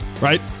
right